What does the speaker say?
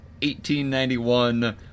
1891